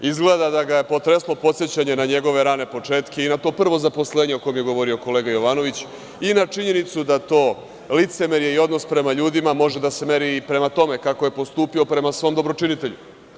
Izgleda da ga je potreslo podsećanje na njegove rane početke i na to prvo zaposlenje o kom je govorio kolega Jovanović, i na činjenicu da to licemerje i odnos prema ljudima može da se meri i prema tome kako je postupio prema svom dobročinitelju.